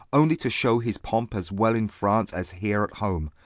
only to shew his pompe, as well in france, as here at home,